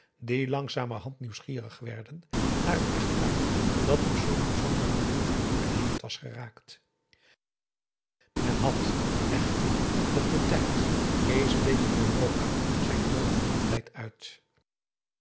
die langzamerhand nieuwsgierig werden naar het echtpaar dat op zoo'n bijzondere manier geëngageerd was geraakt men had echter nog den tijd kees bleef in europa zijn vollen verloftijd uit